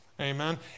Amen